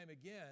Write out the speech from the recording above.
again